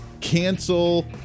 cancel